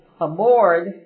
aboard